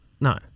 No